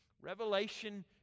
Revelation